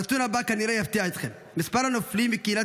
הנתון הבא כנראה יפתיע אתכם: מספר הנופלים מקהילת